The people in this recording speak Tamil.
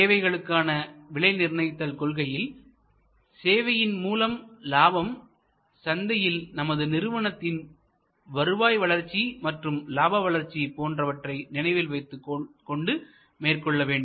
சேவைகளுக்கான விலை நிர்ணயித்தல் கொள்கையில் சேவையின் மூலம் லாபம் சந்தையில் நமது நிறுவனத்தின் வருவாய் வளர்ச்சி மற்றும் லாப வளர்ச்சி போன்றவற்றை நினைவில் வைத்துக் கொண்டு மேற்கொள்ள வேண்டும்